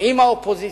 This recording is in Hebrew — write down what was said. עם האופוזיציה,